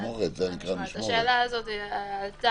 הנושא הזה עלה